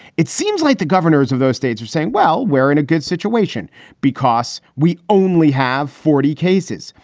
it seems like the governors of those states are saying, well, we're in a good situation because we only have forty cases.